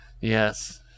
Yes